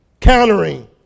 countering